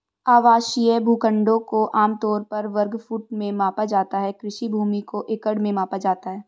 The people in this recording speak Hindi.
आवासीय भूखंडों को आम तौर पर वर्ग फुट में मापा जाता है, कृषि भूमि को एकड़ में मापा जाता है